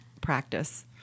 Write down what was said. practice